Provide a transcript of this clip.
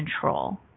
control